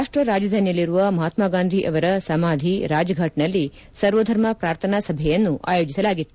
ರಾಷ್ಟ ರಾಜಧಾನಿಯಲ್ಲಿರುವ ಮಹಾತ್ಮಾ ಗಾಂಧಿ ಅವರ ಸಮಾಧಿ ರಾಜಘಾಟ್ನಲ್ಲಿ ಸರ್ವಧರ್ಮ ಪ್ರಾರ್ಥನಾ ಸಭೆಯನ್ನು ಆಯೋಜಿಸಲಾಗಿತ್ತು